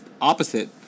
opposite